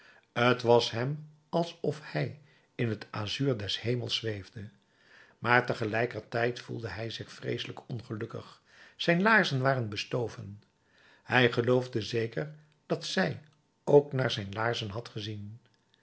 t was hem alsof hij in het azuur des hemels zweefde maar tegelijkertijd voelde hij zich vreeselijk ongelukkig zijn laarzen waren bestoven hij geloofde zeker dat zij ook naar zijn laarzen had gezien